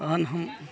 तहन हम